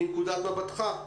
מנקודת מבטך?